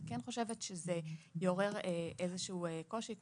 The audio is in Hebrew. אני כן חושבת שזה יעורר איזשהו קושי.